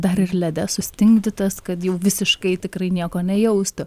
dar ir lede sustingdytas kad jau visiškai tikrai nieko nejaustų